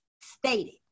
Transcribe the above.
stated